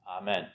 Amen